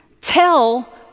Tell